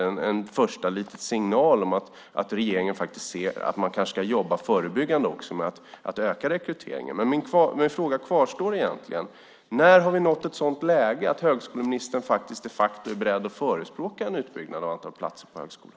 Det är en första liten signal om att regeringen ser att man kanske ska jobba förebyggande också med att öka rekryteringen. Men min fråga kvarstår: När har vi nått ett sådant läge att högskoleministern de facto är beredd att förespråka en utbyggnad av antalet platser på högskolan?